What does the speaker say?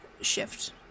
shift